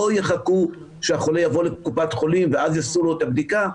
לא יחכו שהחולה יבוא לקופת החולים ואז יעשו לו את הבדיקה.